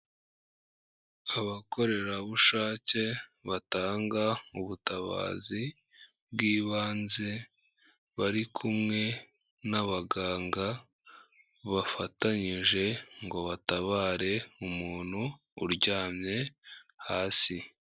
Abakorerabushake batanga ubutabazi bw'ibanze, bari kumwe n'abaganga bafatanyije ngo batabare umuntu uryamye hasi.